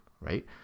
right